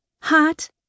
Hot